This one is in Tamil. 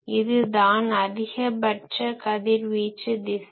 இதுதான் அதிகபட்ச கதிர்வீச்சு திசை